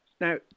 now